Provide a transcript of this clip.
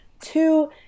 Two